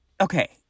okay